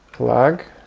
plug,